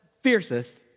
fiercest